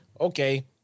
Okay